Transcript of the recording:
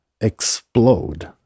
explode